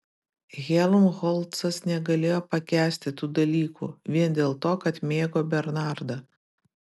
helmholcas negalėjo pakęsti tų dalykų vien dėl to kad mėgo bernardą